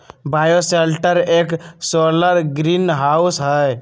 bioshelter एक solar greenhouse हई